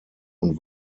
und